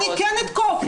אני כן אתקוף.